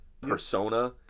persona